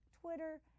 Twitter